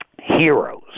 heroes